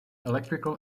electrical